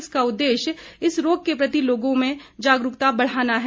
इसका उद्देश्य इस रोग के प्रति लोगों में जागरूकता बढ़ाना हैं